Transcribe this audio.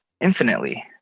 infinitely